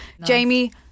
Jamie